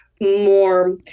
more